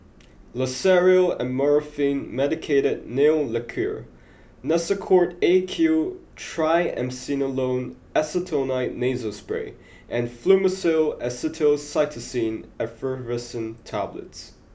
Loceryl Amorolfine Medicated Nail Lacquer Nasacort A Q Triamcinolone Acetonide Nasal Spray and Fluimucil Acetylcysteine Effervescent Tablets